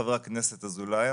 חבר הכנסת אזולאי,